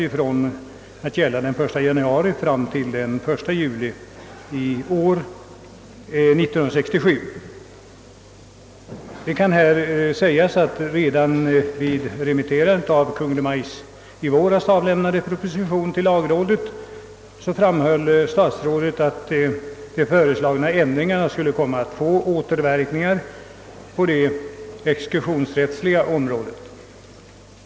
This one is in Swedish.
Ifrågava Redan när Kungl. Maj:t i våras remitterade lagförslaget till lagrådet framhöll departementschefen att de föreslagna ändringarna skulle komma att få återverkningar på det exekutionsrättsliga området.